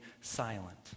silent